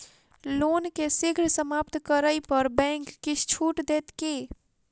loan केँ शीघ्र समाप्त करै पर बैंक किछ छुट देत की